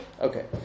okay